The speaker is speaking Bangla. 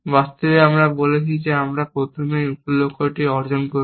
বাস্তবে আমরা বলছি আমরা প্রথমে একটি উপ লক্ষ্য অর্জন করব